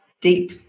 deep